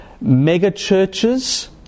mega-churches